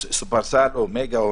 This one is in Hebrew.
-- שופרסל או מגה.